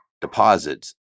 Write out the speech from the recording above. deposits